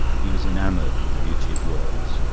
he was enamoured with the beauty of words.